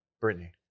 Brittany